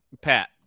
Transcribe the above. Pat